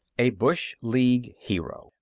a bush league hero